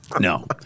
No